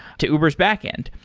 to uber s backend.